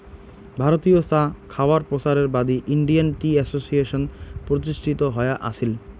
ভারতীয় চা খাওয়ায় প্রচারের বাদী ইন্ডিয়ান টি অ্যাসোসিয়েশন প্রতিষ্ঠিত হয়া আছিল